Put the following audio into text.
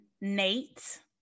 nate